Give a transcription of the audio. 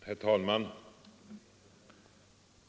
Herr talman!